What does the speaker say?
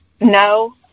No